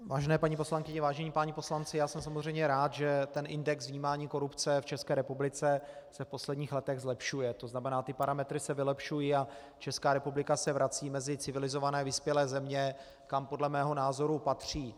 Vážené paní poslankyně, vážení páni poslanci, já jsem samozřejmě rád, že index vnímání korupce v České republice se v posledních letech zlepšuje, to znamená, ty parametry se vylepšují a Česká republika se vrací mezi civilizované vyspělé země, kam podle mého názoru patří.